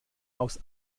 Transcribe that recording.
aus